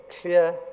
clear